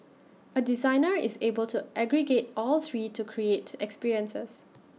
A designer is able to aggregate all three to create experiences